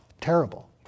Terrible